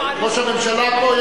ראש הממשלה פה,